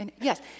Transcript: Yes